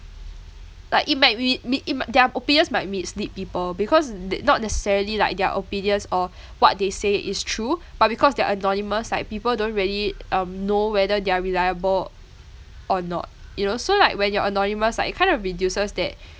like it might be be it might their opinions might mislead people because th~ not necessarily like their opinions or what they say is true but because they're anonymous like people don't really um know whether they're reliable or not you know so like when you're anonymous like it kind of reduces that